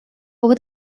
over